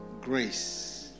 grace